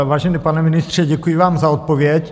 Vážený pane ministře, děkuji vám za odpověď.